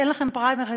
אין לכם פריימריז,